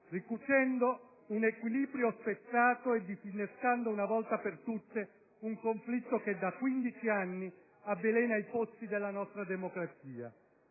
ricucendo un equilibrio spezzato e disinnescando una volta per tutte un conflitto che da quindici anni avvelena i pozzi della nostra democrazia.